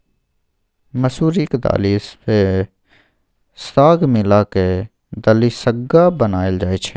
मसुरीक दालि मे साग मिला कय दलिसग्गा बनाएल जाइ छै